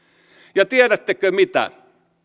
ja tiedättekö mitä